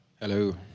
Hello